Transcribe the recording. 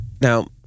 Now